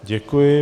Děkuji.